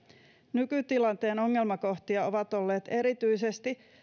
nykytilanteen ongelmakohtia ovat olleet erityisesti